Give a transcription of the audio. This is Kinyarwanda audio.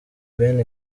ben